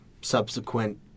subsequent